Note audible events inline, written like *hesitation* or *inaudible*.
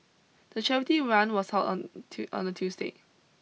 the charity run was held on *hesitation* on a Tuesday